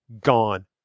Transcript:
Gone